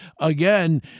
again